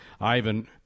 Ivan